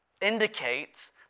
indicates